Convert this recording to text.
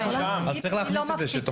צריך להכניס את זה שהיא כן